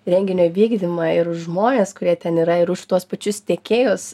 renginio vykdymą ir už žmones kurie ten yra ir už tuos pačius tiekėjus